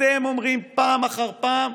אתם אומרים פעם אחר פעם: